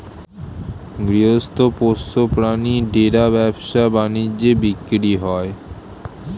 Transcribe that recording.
গৃহস্থ পোষ্য প্রাণী ভেড়া ব্যবসা বাণিজ্যে বিক্রি হয়